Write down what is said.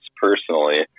personally